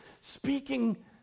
speaking